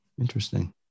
interesting